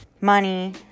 money